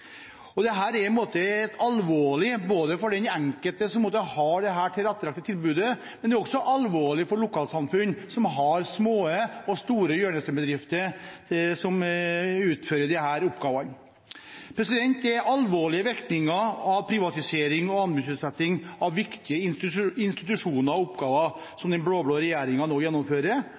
er alvorlig for den enkelte som har det tilrettelagte tilbudet, men også for lokalsamfunn som har små og store hjørnesteinsbedrifter som utfører disse oppgavene. Det er alvorlige virkninger av privatisering og anbudsutsetting av viktige institusjoner og oppgaver som den blå-blå regjeringen nå gjennomfører,